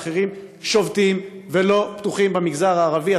שובתים ולא פתוחים במגזר הערבי.